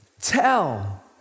tell